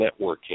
networking